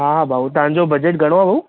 हा भाउ तव्हां जो बजट घणो आहे भाउ